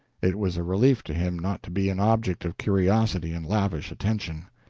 it was a relief to him not to be an object of curiosity and lavish attention.